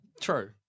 True